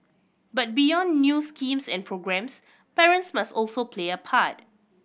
but beyond new schemes and programmes parents must also play a part